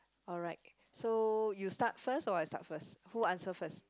alright so you start first or I start first who answer first